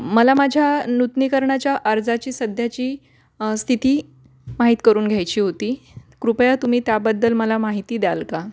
मला माझ्या नूतनीकरणाच्या अर्जाची सध्याची स्थिती माहीत करून घ्यायची होती कृपया तुम्ही त्याबद्दल मला माहिती द्याल का